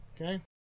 Okay